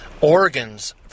organs